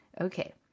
Okay